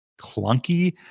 clunky